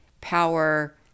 power